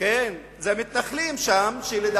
אני לא אתפלא אם בסוף יתברר שזה ה"חמאס".